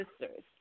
sisters